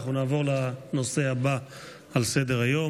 אנחנו נעבור לנושא הבא על סדר-היום,